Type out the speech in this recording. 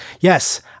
Yes